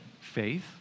faith